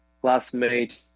classmate